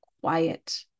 quiet